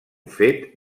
fet